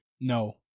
No